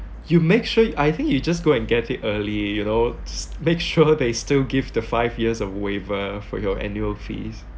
you make sure I think you just go and get it early you know make sure they still give the five years of waiver for your annual fees